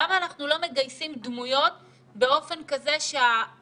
למה אנחנו לא מגייסים דמויות באופן כזה שהסרטון